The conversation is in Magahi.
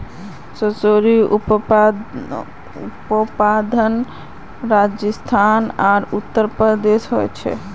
सर्सोंर उत्पादन राजस्थान आर उत्तर प्रदेशोत होचे